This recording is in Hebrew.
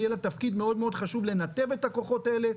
יהיה לה תפקיד מאוד מאוד חשוב לנתב את הכוחות האלה,